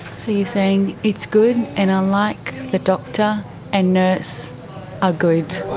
so you're saying, it's good and i like the doctor and nurse are good.